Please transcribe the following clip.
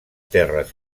terres